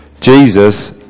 Jesus